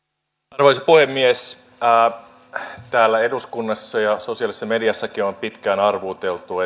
arvoisa puhemies täällä eduskunnassa ja sosiaalisessa mediassakin on pitkään arvuuteltu